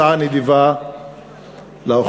הצעה נדיבה לאוכלוסייה.